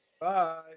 Bye